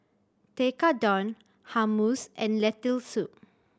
Tekkadon Hummus and Lentil Soup